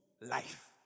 Life